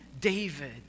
David